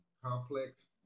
complex